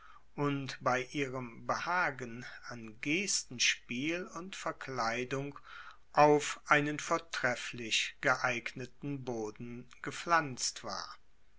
und bei ihrem behagen an gestenspiel und verkleidung auf einen vortrefflich geeigneten boden gepflanzt war